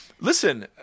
listen